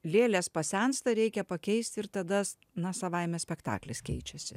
lėlės pasensta reikia pakeist ir tada na savaime spektaklis keičiasi